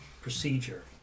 procedure